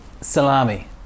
Salami